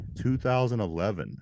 2011